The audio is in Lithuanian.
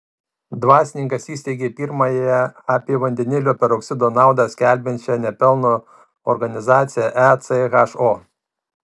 dvasininkas įsteigė pirmąją apie vandenilio peroksido naudą skelbiančią ne pelno organizaciją echo